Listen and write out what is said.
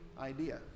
idea